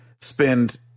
spend